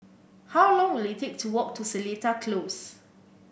how long will it take to walk to Seletar Close